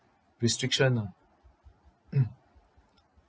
restriction ah